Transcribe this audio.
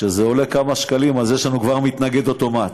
כשזה עולה כמה שקלים אז יש לנו כבר מתנגד אוטומטי,